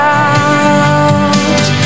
out